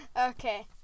Okay